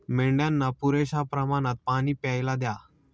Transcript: मेंढ्यांना पुरेशा प्रमाणात पाणी प्यायला द्या